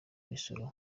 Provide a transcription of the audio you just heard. imisoro